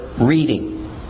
reading